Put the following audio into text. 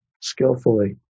skillfully